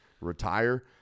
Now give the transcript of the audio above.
retire